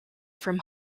from